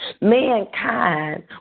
Mankind